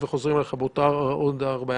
תבנה אותו בהשגות עד הסוף.